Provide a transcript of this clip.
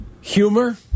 Humor